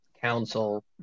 Council